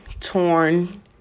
torn